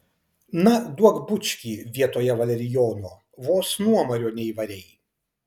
na duok bučkį vietoje valerijono vos nuomario neįvarei